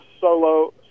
solo